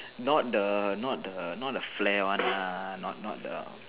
not the not the not the flare one lah not not the